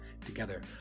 Together